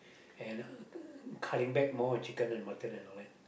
and uh uh cutting back more on chicken and mutton and all that